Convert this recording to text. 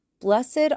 blessed